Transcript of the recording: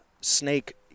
snake